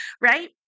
Right